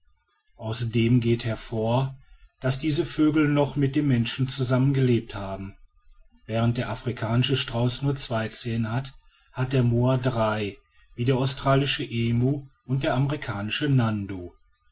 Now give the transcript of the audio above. aus dem geht hervor daß diese vögel noch mit dem menschen zusammen gelebt haben während der afrikanische strauß nur zwei zehen hat hatte der moa drei wie der australische emu und der amerikanische nandu